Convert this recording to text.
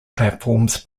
platforms